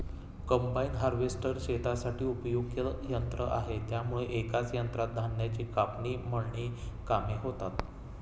combine harvester शेतीसाठी उपयुक्त यंत्र आहे त्यामुळे एकाच यंत्रात धान्याची कापणी, मळणी कामे होतात